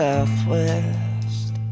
Southwest